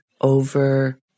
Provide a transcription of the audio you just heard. over